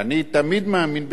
אני תמיד מאמין בסקרים.